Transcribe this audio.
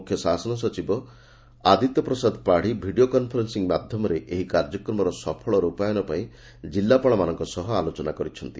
ମୁଖ୍ୟ ଶାସନ ସଚିବ ଆଦିତ୍ୟ ପ୍ରସାଦ ପାତୀ ଭିଡିଓ କନ୍ଫରେନ୍ପିଂ ମାଧ୍ଧମରେ ଏହି କାର୍ଯ୍ୟକ୍ରମର ସଫଳ ର୍ପାୟନ ପାଇଁ ଜିଲ୍ସପାଳ ମାନଙ୍କ ସହ ଆଲୋଚନା କରିଛନ୍ତି